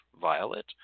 violet